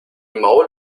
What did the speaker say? maul